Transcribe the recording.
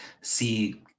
see